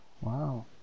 Wow